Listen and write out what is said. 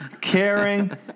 caring